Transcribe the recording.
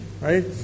Right